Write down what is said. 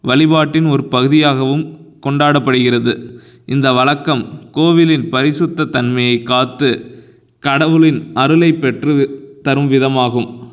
வழிபாட்டின் ஒரு பகுதியாகவும் கொண்டாடப்படுகிறது இந்த வழக்கம் கோவிலின் பரிசித்தத் தன்மையைக் காத்து கடவுளின் அருளைப் பெற்று தரும் விதமாகும்